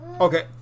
Okay